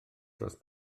dros